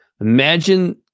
imagine